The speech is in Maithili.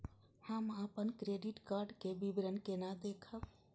हम अपन क्रेडिट कार्ड के विवरण केना देखब?